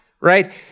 right